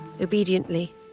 obediently